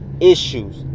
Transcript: issues